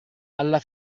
alla